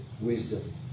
wisdom